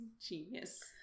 Genius